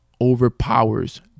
overpowers